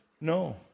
No